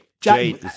Jade